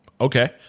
Okay